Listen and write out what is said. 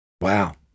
Wow